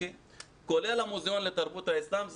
כולל המוזיאון לתרבות האסלאם.